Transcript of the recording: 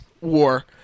war